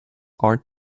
art